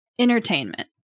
Entertainment